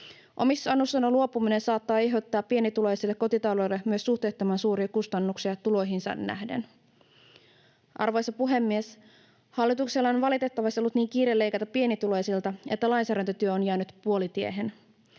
Omistusasunnosta luopuminen saattaa aiheuttaa pienituloiselle kotitaloudelle myös suhteettoman suuria kustannuksia tuloihinsa nähden. Arvoisa puhemies! Hallituksella on valitettavasti ollut niin kiire leikata pienituloisilta, että lainsäädäntötyö on jäänyt puolitiehen.